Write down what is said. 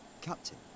Captain